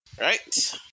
right